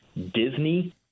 Disney